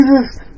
Jesus